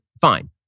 Fine